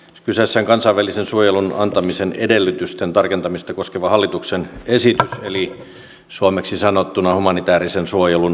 kyseessä on kansainvälisen suojelun antamisen edellytysten tarkentamista koskeva hallituksen esitys eli suomeksi sanottuna humanitäärisen suojelun poisto